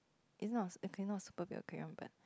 it's not a okay not a super big aquarium but